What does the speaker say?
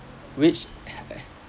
which